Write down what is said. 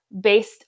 based